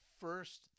first